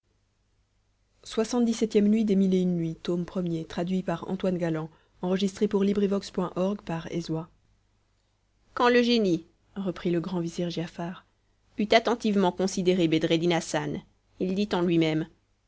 quand le génie reprit le grand vizir giafar eut attentivement considéré bedreddin hassan il dit en lui-même